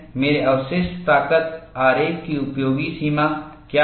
मेरे अवशिष्ट ताकत आरेख की उपयोगी सीमा क्या है